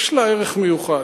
יש לה ערך מיוחד.